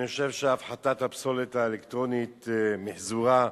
אני חושב שהפחתת הפסולת האלקטרונית ומיחזורה,